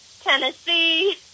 Tennessee